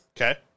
Okay